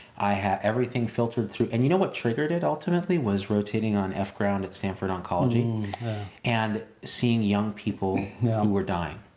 i had everything filtered through, and you know what triggered it ultimately was rotating on f ground at stanford oncology and seeing young people were dying,